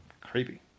Creepy